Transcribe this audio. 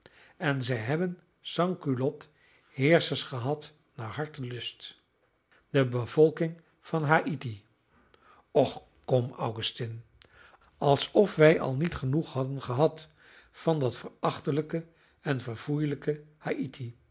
en zij hebben sans culotte heerschers gehad naar hartelust de bevolking van haïti och kom augustine alsof wij al niet genoeg hadden gehad van dat verachtelijke en